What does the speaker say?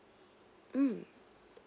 mm